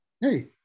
Hey